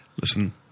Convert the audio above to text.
Listen